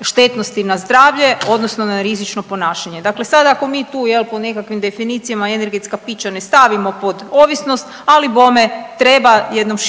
štetnosti na zdravlje odnosno na rizično ponašanje. Dakle, sad ako mi tu po nekakvim definicijama energetska pića ne stavimo pod ovisnost, ali bome treba jednom širom